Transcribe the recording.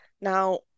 Now